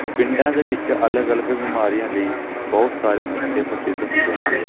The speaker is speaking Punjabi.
ਪਿੰਡਾਂ ਦੇ ਵਿੱਚ ਅਲੱਗ ਅਲੱਗ ਬਿਮਾਰੀਆਂ ਲਈ ਬਹੁਤ ਸਾਰੇ ਨੁਸਖੇ ਪ੍ਰਸਿੱਧ ਹੁੰਦੇ ਹਨ